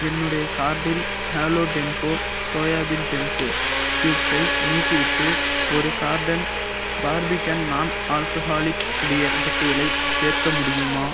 என்னுடைய கார்ட்டில் hello tempo soya bean tempo க்யூப்ஸை நீக்கிவிட்டு ஒரு carton Barbican non alcoholic beer பாட்டியலை சேர்க்க முடியுமா